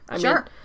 sure